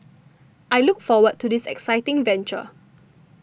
I look forward to this exciting venture